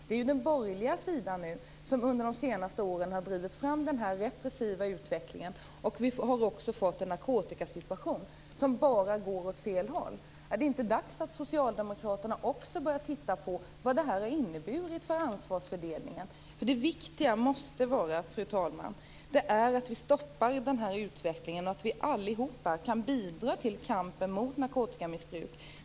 Det är den borgerliga sidan som under de senare åren har drivit fram den repressiva utvecklingen. Vi har också fått en narkotikasituation som bara går åt fel håll. Är det inte dags att Socialdemokraterna också börjar titta på vad detta har inneburit för ansvarsfördelningen? Fru talman! Det viktiga är att vi stoppar utvecklingen och att vi allihop kan bidra till kampen mot narkotikamissbruk.